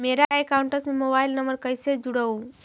मेरा अकाउंटस में mobile number कैसे जुड़उ?